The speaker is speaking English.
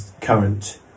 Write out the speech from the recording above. current